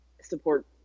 support